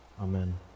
Amen